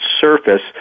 surface